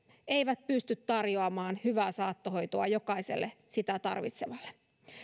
eivät pysty tarjoamaan hyvää saattohoitoa jokaiselle sitä tarvitsevalle